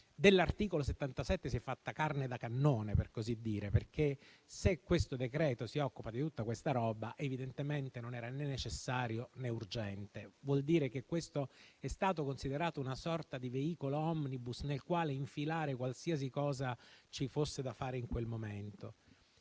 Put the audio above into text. dell'articolo 77 si è fatta carne da cannone - per così dire - perché se il provvedimento si occupa di tutta questa roba, evidentemente non era né necessario né urgente. Vuol dire che esso è stato considerato una sorta di veicolo *omnibus* nel quale infilare qualsiasi cosa ci fosse da fare in quel momento.